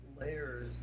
layers